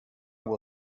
will